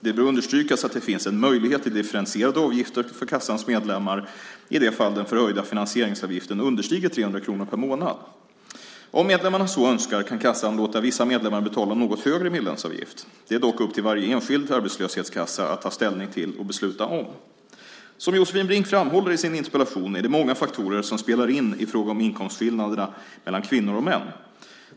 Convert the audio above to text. Det bör understrykas att det finns en möjlighet till differentierade avgifter för kassans medlemmar i det fall den förhöjda finansieringsavgiften understiger 300 kronor per månad. Om medlemmarna så önskar kan kassan låta vissa medlemmar betala en något högre medlemsavgift. Detta är dock upp till varje enskild arbetslöshetskassa att ta ställning till och besluta om. Som Josefin Brink framhåller i sin interpellation är det många faktorer som spelar in i fråga om inkomstskillnaderna mellan kvinnor och män.